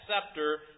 scepter